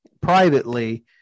privately